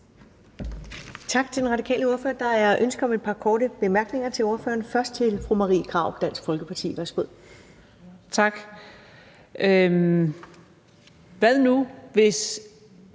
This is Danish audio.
Tak til den radikale ordfører. Der er ønske om et par korte bemærkninger til ordføreren. Først værsgo til fru Marie Krarup, Dansk Folkeparti. Kl. 17:02 Marie Krarup (DF):